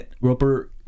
Roper